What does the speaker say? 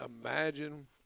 imagine